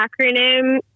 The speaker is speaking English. acronym